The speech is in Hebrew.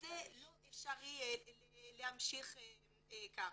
וזה לא אפשרי להמשיך כך.